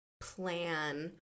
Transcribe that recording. plan